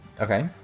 Okay